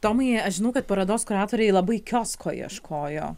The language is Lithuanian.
tomai aš žinau kad parodos kuratoriai labai kiosko ieškojo